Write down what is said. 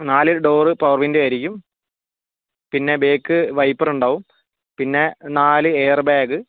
നാല് door power window ആയിരിക്കും പിന്നെ ബാക്ക് വൈപ്പർ ഉണ്ടാവും പിന്നെ നാല് എയർ ബാഗ്